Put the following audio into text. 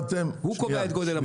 הוא קובע את גודל המקום,